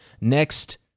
next